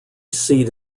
seat